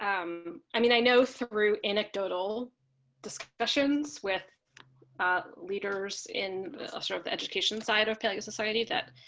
um i mean, i know through anecdotal discussions with leaders in sort of the education side of paleo society that